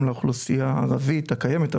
גם לאוכלוסייה הערבית הקיימת,